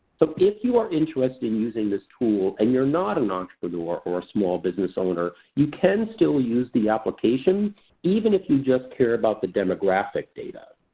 so, if you are interested in using this tool and you are not an entrepreneur or a small business owner, you can still use the application even if you just care about the demographic data.